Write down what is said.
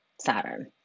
Saturn